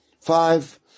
five